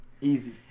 Easy